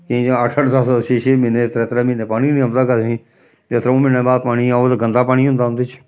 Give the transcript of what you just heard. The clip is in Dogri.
केईं ज'गा अट्ठ अट्ठ दस दस छे छे म्हीने त्रै त्रै म्हीने पानी गै निं औंदा केह् आखदे नी ते त्र'ऊं म्हीनें बाद पानी औग ता गंदा पानी होंदा उं'दे च